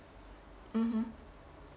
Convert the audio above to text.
mmhmm